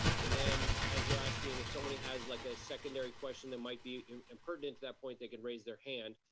and then as we're asking them, if somebody has like a secondary question that might be and pertinent to that point, they can raise their hand.